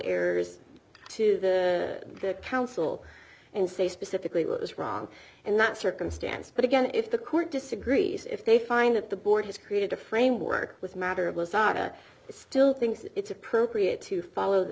errors to the council and say specifically what was wrong in that circumstance but again if the court disagrees if they find that the board has created a framework with matter of mozart or still thinks it's appropriate to follow the